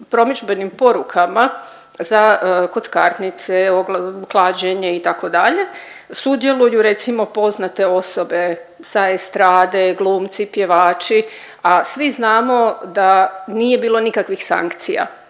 promidžbenim porukama za kockarnice, klađenje itd. sudjeluju recimo poznate osobe sa estrade, glumci, pjevači, a svi znamo da nije bilo nikakvih sankcija